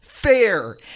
fair